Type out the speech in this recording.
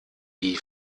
wie